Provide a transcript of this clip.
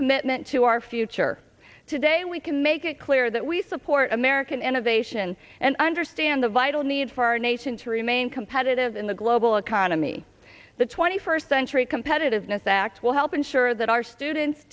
commitment to our future today we can make it clear that we support american innovation and understand the vital need for our nation to remain competitive in the global economy the twenty first century competitiveness act will help ensure that our students